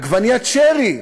עגבניית שרי,